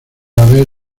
haber